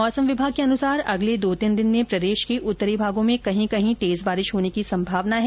मौसम विभाग के अनुसार अगले दो तीन दिन में प्रदेश के उत्तरी भागों में कहीं कहीं तेज बारिश होने की संभावना है